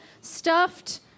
stuffed